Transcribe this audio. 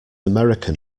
american